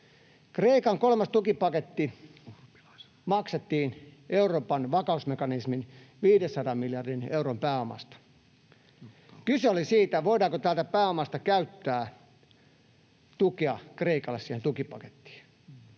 Kreikan kolmas tukipaketti maksettiin Euroopan vakausmekanismin 500 miljardin euron pääomasta. Kyse oli siitä, voidaanko täältä pääomasta käyttää tukea Kreikalle siihen tukipakettiin.